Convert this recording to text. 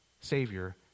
Savior